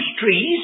trees